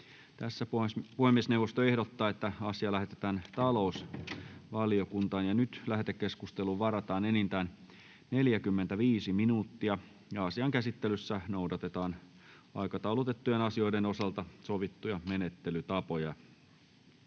asia. Puhemiesneuvosto ehdottaa, että asia lähetetään talousvaliokuntaan. Lähetekeskusteluun varataan enintään 45 minuuttia. Asian käsittelyssä noudatetaan aikataulutettujen asioiden osalta sovittuja menettelytapoja.